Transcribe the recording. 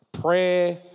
Prayer